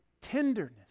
tenderness